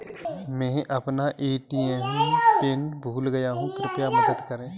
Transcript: मैं अपना ATM PIN भूल गया हूँ, कृपया मदद करें